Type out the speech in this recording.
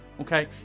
Okay